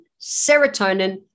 serotonin